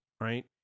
right